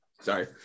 sorry